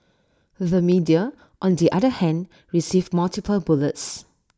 the media on the other hand received multiple bullets